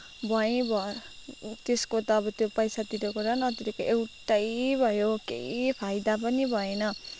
भुवै भुवा त्यसको त अब त्यो पैसा तिरेको र नतिरेको एउटै भयो केही फाइदा पनि भएन